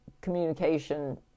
communication